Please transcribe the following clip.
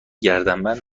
گردنبند